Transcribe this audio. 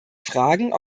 fragen